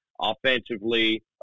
offensively